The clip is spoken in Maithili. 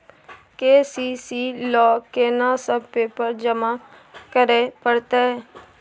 के.सी.सी ल केना सब पेपर जमा करै परतै?